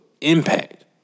impact